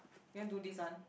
you want do this one